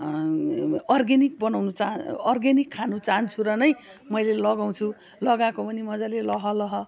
organic बनाउनु चाह organic खानु चाहन्छु र नै मैले लगाउँछु लगाएको पनि मजाले लहलह